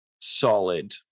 solid